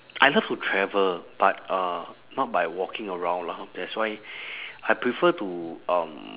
I love to travel but uh not by walking around lah that's why I prefer to um